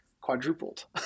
quadrupled